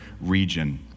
region